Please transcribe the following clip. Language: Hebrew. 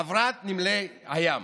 חברת נמלי הים.